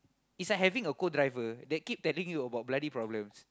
is like having a co-driver that keep telling you about bloody problems